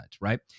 right